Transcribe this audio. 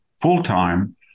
full-time